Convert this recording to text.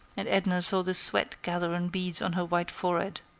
and edna saw the sweat gather in beads on her white forehead.